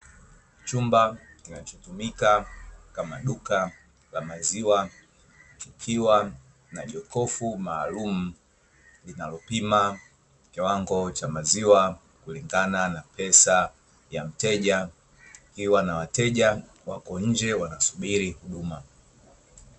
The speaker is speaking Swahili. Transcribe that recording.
Chumba kinachotumika kama duka la maziwa kikiwa na jokofu maalumu, linalopima kiwango cha maziwa kulingana na pesa ya mteja, ikiwa wateja wapo nje, wanasubiri huduma.